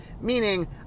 Meaning